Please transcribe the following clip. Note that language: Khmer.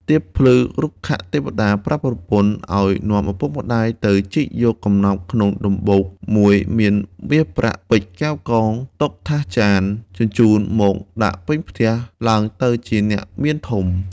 ទៀបភ្លឺរុក្ខទេវតាប្រាប់ប្រពន្ធឱ្យនាំឪពុកម្ដាយទៅជីកយកកំណប់ក្នុងដំបូកមួយមាន មាសប្រាក់ ពេជ្រ កែវ់កង តុ ថាស ចាន ជញ្ជូនមកដាក់ពេញផ្ទះ ឡើងទៅជាអ្នកមានធំ។